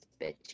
bitchy